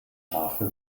schafe